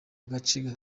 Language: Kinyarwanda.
gace